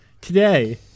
today